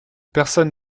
personne